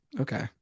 Okay